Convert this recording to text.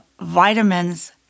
vitamins